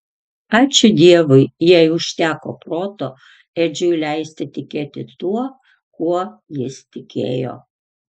ačiū dievui jai užteko proto edžiui leisti tikėti tuo kuo jis tikėjo